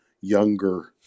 younger